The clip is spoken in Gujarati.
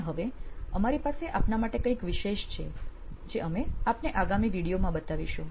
અને હવે અમારી પાસે આપના માટે કઈંક વિશેષ છે જે અમે આપને આગામી વિડિઓ માં બતાવીશું